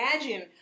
Imagine